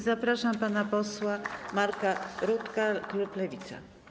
Zapraszam pana posła Marka Rutkę, klub Lewica.